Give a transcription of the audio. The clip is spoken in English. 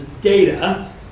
data